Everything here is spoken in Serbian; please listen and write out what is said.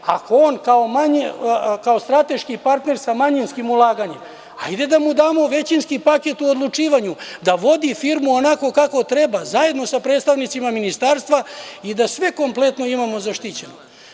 Ako on kao strateški partner sa manjinskim ulaganjem, hajde da mu damo većinski paket u odlučivanju, da vodi firmu onako kako treba, zajedno sa predstavnicima Ministarstva i da sve kompletno imamo zaštićeno.